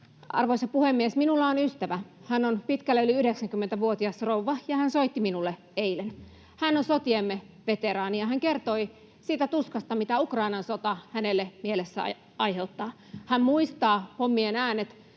Arvoisa puhemies! Minulla on ystävä. Hän on pitkälle yli 90‑vuotias rouva, ja hän soitti minulle eilen. Hän on sotiemme veteraani, ja hän kertoi siitä tuskasta, mitä Ukrainan sota hänelle mielessä aiheuttaa. Hän muistaa pommien äänet,